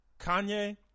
Kanye